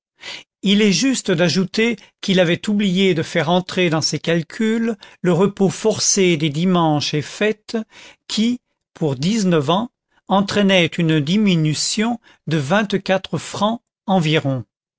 il est juste d'ajouter qu'il avait oublié de faire entrer dans ses calculs le repos forcé des dimanches et fêtes qui pour dix-neuf ans entraînait une diminution de vingt-quatre francs environ